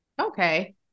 Okay